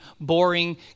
boring